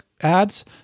ads